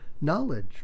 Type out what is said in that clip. knowledge